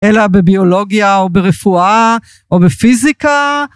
אלא בביולוגיה או ברפואה או בפיזיקה.